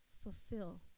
fulfill